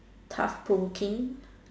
tough Pro King